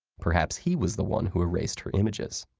perhaps he was the one who erased her images.